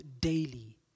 daily